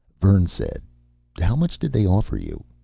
vern said how much did they offer you?